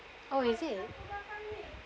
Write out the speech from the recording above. or is it